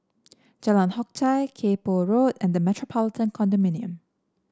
Jalan Hock Chye Kay Poh Road and The Metropolitan Condominium